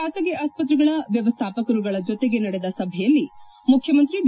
ಬಾಸಗಿ ಆಸ್ಪತ್ರೆಗಳ ವ್ಲವಸ್ಥಾಪಕರುಗಳ ಜೊತೆಗೆ ನಡೆದ ಸಭೆಯಲ್ಲಿ ಮುಖ್ಯಮಂತ್ರಿ ಬಿ